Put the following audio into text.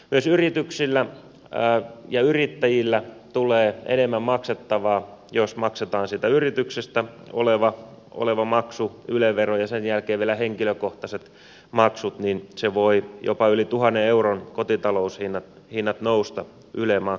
myös yrityksille ja yrittäjille tulee enemmän maksettavaa sillä jos maksetaan siitä yrityksestä tuleva maksu yle vero ja sen jälkeen vielä henkilökohtaiset maksut niin voivat jopa yli tuhannen euron nousta kotitaloushinnat yle maksuissa